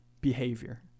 behavior